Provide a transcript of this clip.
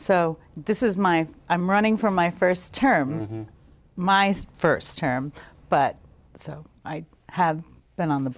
so this is my i'm running from my first term myself first term but so i have been on the